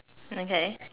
okay